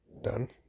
Done